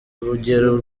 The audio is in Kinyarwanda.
urugero